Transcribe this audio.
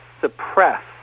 suppress